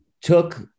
took